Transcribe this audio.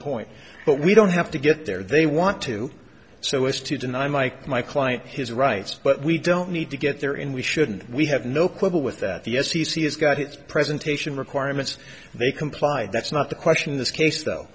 point but we don't have to get there they want to so as to deny mike my client his rights but we don't need to get their in we shouldn't we have no quibble with that the f c c has got its presentation requirements they complied that's not the question in this case though